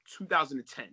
2010